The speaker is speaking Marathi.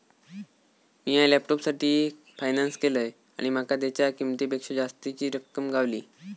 मिया लॅपटॉपसाठी फायनांस केलंय आणि माका तेच्या किंमतेपेक्षा जास्तीची रक्कम गावली